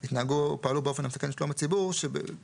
התנהגו או פעלו באופן המסכן את שלום הציבור שבשלו